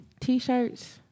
T-shirts